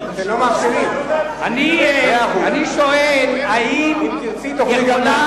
אני שואל: האם יכולה